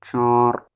چار